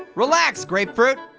relax, grapefruit.